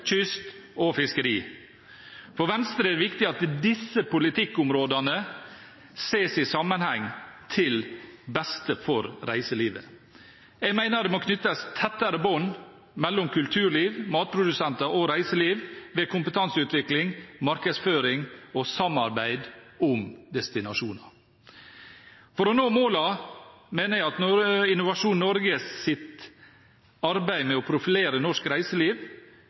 kyst og fiskeri. For Venstre er det viktig at disse politikkområdene ses i sammenheng, til beste for reiselivet. Jeg mener det må knyttes tettere bånd mellom kulturliv, matprodusenter og reiseliv, ved kompetanseutvikling, markedsføring og samarbeid om destinasjoner. For å nå målene mener jeg Innovasjon Norges arbeid med å profilere norsk reiseliv,